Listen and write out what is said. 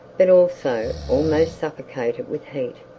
but also almost suffocated with heat.